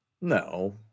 No